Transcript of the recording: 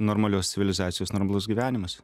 normalios civilizacijos normalus gyvenimas